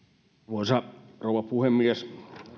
arvoisa rouva puhemies